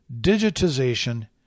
digitization